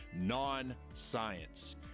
non-science